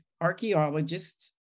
archaeologists